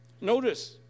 Notice